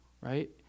right